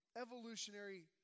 Evolutionary